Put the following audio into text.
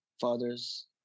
father's